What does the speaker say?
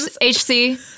HC